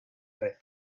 red